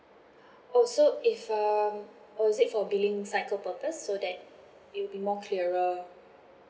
oh so if um oh is it for billing cycle purpose so that it will be more clearer